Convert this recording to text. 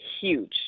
huge